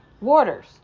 waters